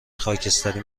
خاکستری